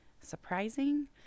surprising